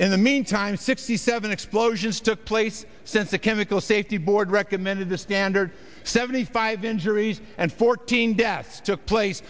in the meantime sixty seven explosions took place since the chemical safety board recommended the standard seventy five injuries and fourteen deaths took place